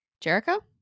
Jericho